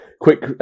quick